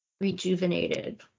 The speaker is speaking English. rejuvenated